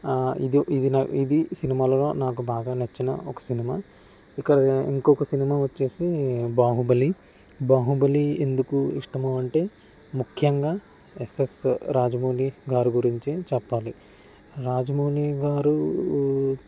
ఇది ఇది ఇది సినిమాలో నాకు బాగా నచ్చిన ఒక సినిమా ఇక ఇంకొక సినిమా వచ్చేసి బాహుబలి బాహుబలి ఎందుకు ఇష్టము అంటే ముఖ్యంగా ఎస్ఎస్ రాజమౌళి గారి గురించి చెప్పాలి రాజమౌళి గారు